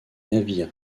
navire